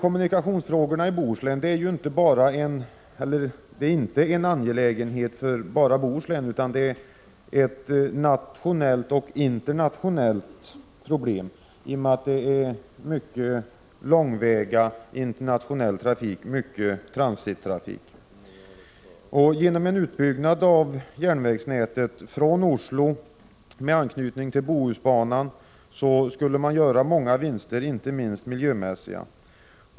Kommunikationsfrågorna i Bohuslän är inte bara en angelägenhet för Bohuslän, utan de utgör både ett nationellt och ett internationellt problem i och med att det förekommer mycket långväga internationell trafik och mycket transittrafik. Genom en utbyggnad av järnvägsnätet från Oslo med anknytning till Bohusbanan skulle många vinster kunna göras, inte minst miljömässiga.